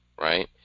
right